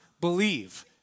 believe